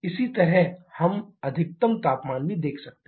इसी तरह हम अधिकतम तापमान भी देख सकते हैं